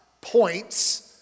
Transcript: points